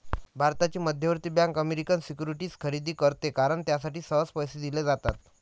भारताची मध्यवर्ती bank American securities खरेदी करते कारण त्यासाठी सहज पैसे दिले जातात